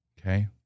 Okay